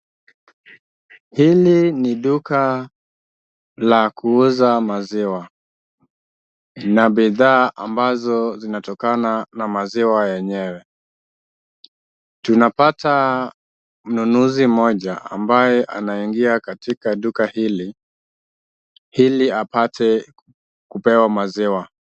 Hili ni duka la kuuza maziwa na bidhaa ambazo zinatokana na maziwa yenyewe. Tunapata mnunuzi mmoja ambaye anaingia katika duka hili, ili apate kupewa maziwa.